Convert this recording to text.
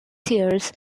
tears